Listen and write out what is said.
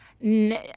No